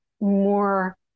more